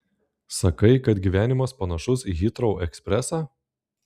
sakai kad gyvenimas panašus į hitrou ekspresą